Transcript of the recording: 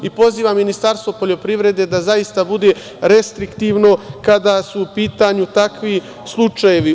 Pozivam Ministarstvo poljoprivrede da zaista bude restriktivno kada su u pitanju takvi slučajevi.